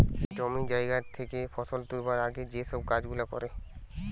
জমি জায়গা থেকে ফসল তুলবার আগে যেই সব কাজ গুলা করে